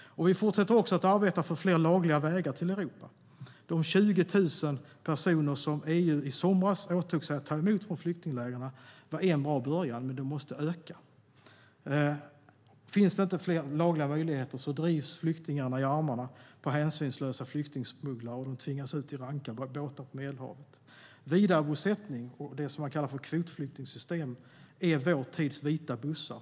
Vi fortsätter också att arbeta för fler lagliga vägar till Europa. De 20 000 personer som EU i somras åtog sig att ta emot från flyktinglägren var en bra början. Men det måste öka. Om det inte finns fler lagliga möjligheter drivs flyktingarna i armarna på hänsynslösa flyktingsmugglare och tvingas ut i ranka båtar på Medelhavet. Vidarebosättning, det som kallas för kvotflyktingsystem, är vår tids vita bussar.